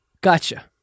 Gotcha